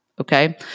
Okay